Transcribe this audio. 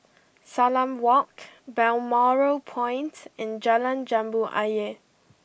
Salam Walk Balmoral Point and Jalan Jambu Ayer